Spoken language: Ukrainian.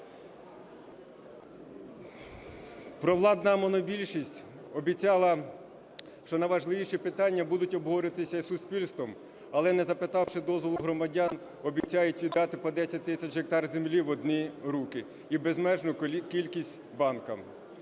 Провладна монобільшість обіцяла, що найважливіші питання будуть обговорюватися суспільством, але, не запитавши дозволу громадян, обіцяють віддати по 10 тисяч гектар землі в одні руки і безмежну кількість банкам.